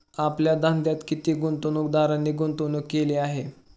आपल्या धंद्यात किती गुंतवणूकदारांनी गुंतवणूक केली आहे?